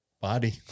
body